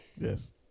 Yes